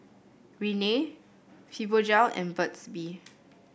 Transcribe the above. Rene Fibogel and Burt's Bee